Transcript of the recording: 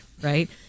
right